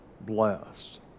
blessed